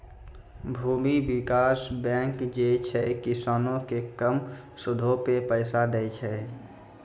भूमि विकास बैंक जे छै, किसानो के कम सूदो पे पैसा दै छे